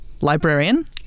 librarian